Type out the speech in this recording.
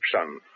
son